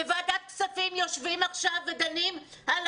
בוועדת כספים יושבים עכשיו ודנים על